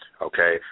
okay